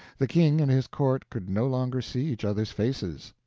the king and his court could no longer see each other's faces.